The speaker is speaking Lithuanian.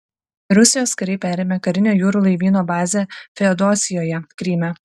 rusijos kariai perėmė karinio jūrų laivyno bazę feodosijoje kryme